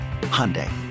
Hyundai